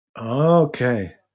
Okay